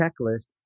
checklist